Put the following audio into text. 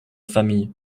famille